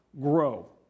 grow